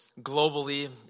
globally